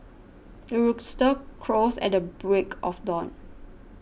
the rooster crows at the break of dawn